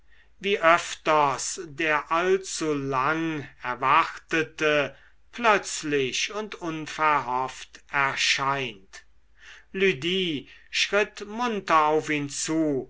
wie öfters der allzu lang erwartete plötzlich und unverhofft erscheint lydie schritt munter auf ihn zu